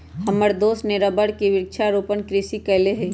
हमर दोस्त ने रबर के वृक्षारोपण कृषि कईले हई